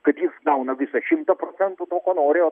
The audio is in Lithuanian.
kad jis gauna visą šimtą procentų to ko nori o